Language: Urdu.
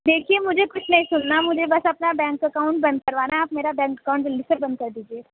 دیکھیے مجھے کچھ نہیں سننا مجھے بس اپنا بینک اکاؤنٹ بند کروانا ہے آپ میرا بینک اکاؤنٹ جلدی سے بند کر دیجیے